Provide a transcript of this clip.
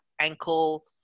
ankle